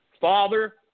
Father